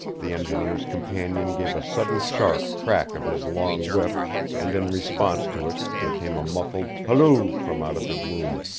the engineer's companion gave a sudden sharp crack of his long whip and in response to it there came a muffled halloo from out of the gloom.